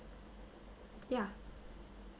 ya